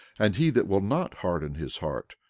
and he that will not harden his heart,